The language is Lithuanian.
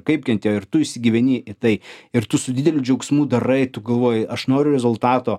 kaip kentėjo ir tu įsigyveni į tai ir tu su dideliu džiaugsmu darai tu galvoji aš noriu rezultato